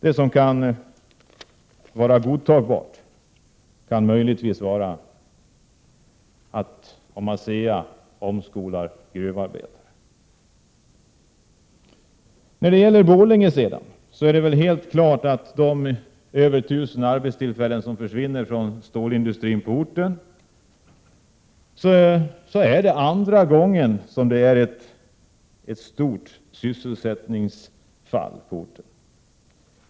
Det som kan vara godtagbart är möjligen om ASEA omskolar gruvarbetare. När det gäller Borlänge får man för andra gången under en tioårsperiod uppleva ett stort sysselsättningsbortfall när nu över 1 000 arbetstillfällen försvinner från stålindustrin på orten.